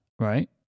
right